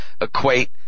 equate